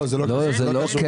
לא, זה לא כסף.